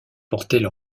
portaient